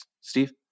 Steve